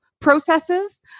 processes